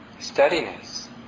Steadiness